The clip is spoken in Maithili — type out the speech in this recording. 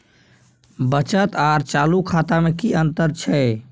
बचत आर चालू खाता में कि अतंर छै?